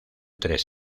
tres